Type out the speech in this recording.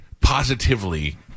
positively